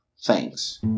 Thanks